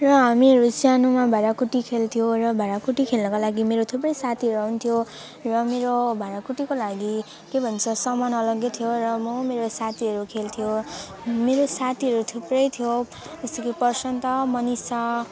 र हामीहरू सानोमा भाँडाकुटी खेल्थ्यौँ र भाँडाकुटी खेल्नुको लागि मेरो थुप्रै साथीहरू आउँथ्यो र मेरो भाँडाकुटीको लागि के भन्छ सामान अलग्गै थियो र म मेरो साथीहरू खेल्थ्यो मेरो साथीहरू थुप्रै थियो जस्तो कि प्रसान्त मनिसा